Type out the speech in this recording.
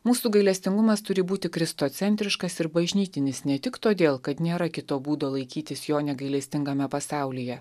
mūsų gailestingumas turi būti kristocentriškas ir bažnytinis ne tik todėl kad nėra kito būdo laikytis jo negailestingame pasaulyje